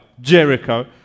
Jericho